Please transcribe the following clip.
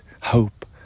hope